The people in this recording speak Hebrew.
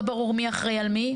לא ברור מי אחראי על מי.